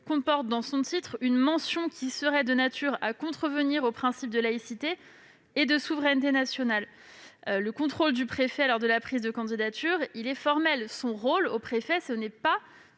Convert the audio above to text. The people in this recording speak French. comporte une mention qui serait de nature à contrevenir aux principes de laïcité ou de souveraineté nationale. Or le contrôle du préfet, lors de la prise de candidature, est formel : son rôle consiste non pas